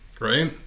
right